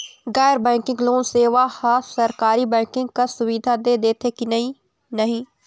गैर banking loan सेवा हा सरकारी बैंकिंग कस सुविधा दे देथे कि नई नहीं?